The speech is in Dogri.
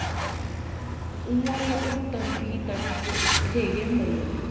उ'आं गै ओह् तड़फी तड़फी उत्थें गै मरी जंदी